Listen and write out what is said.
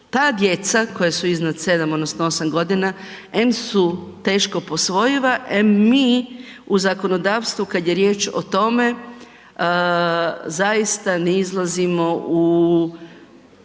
Ta djeca koja su iznad 7 odnosno 8 godina, em su teško posvojiva, em mi u zakonodavstvu, kad je riječ o tome, zaista ne izlazimo u